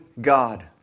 God